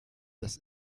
das